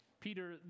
Peter